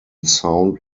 sound